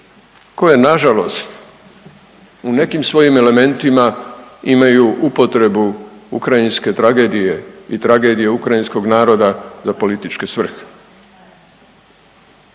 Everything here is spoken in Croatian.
koje nažalost u nekim svojim elementima imaju upotrebu ukrajinske tragedije i tragedije ukrajinskog naroda za političke svrhe,